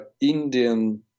Indian